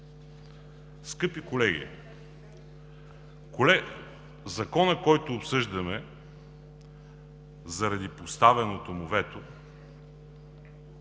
Скъпи колеги, Законът, който обсъждаме, заради поставеното му вето,